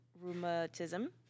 rheumatism